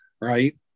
right